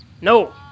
No